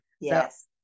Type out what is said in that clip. Yes